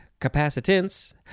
Capacitance